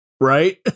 Right